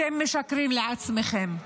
אתם משקרים לעצמכם,